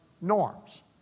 norms